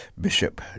Bishop